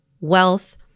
wealth